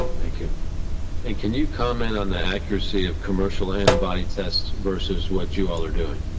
thank you and can you comment on the accuracy of commercial antibody tests versus what you all are doing?